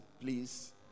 please